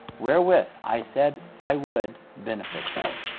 wherewith i said i would benefit them.